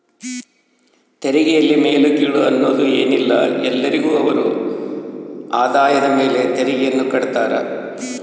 ತೆರಿಗೆಯಲ್ಲಿ ಮೇಲು ಕೀಳು ಅನ್ನೋದ್ ಏನಿಲ್ಲ ಎಲ್ಲರಿಗು ಅವರ ಅವರ ಆದಾಯದ ಮೇಲೆ ತೆರಿಗೆಯನ್ನ ಕಡ್ತಾರ